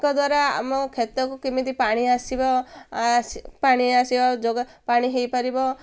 ଏକ ଦ୍ୱାରା ଆମ ଖେତକୁ କେମିତି ପାଣି ଆସିବ ପାଣି ଆସିବ ଯୋଗ ପାଣି ହେଇପାରିବ